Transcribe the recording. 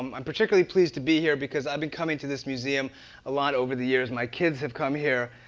i'm particularly please to be here because i've been coming to this museum a lot over the years. my kids have come here